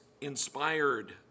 inspired